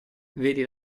vedi